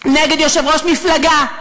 נגד יושב-ראש מפלגה,